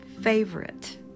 favorite